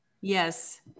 Yes